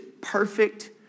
perfect